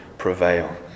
prevail